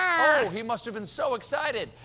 oh, he must have been so excited.